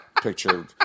picture